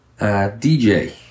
DJ